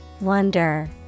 Wonder